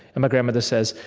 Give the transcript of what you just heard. and my grandmother says,